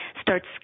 starts